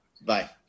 bye